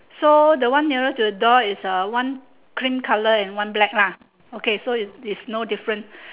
so the one nearer to the door is a one cream colour and one black lah okay so is is no difference